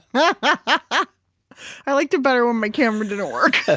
but i liked it better when my camera didn't work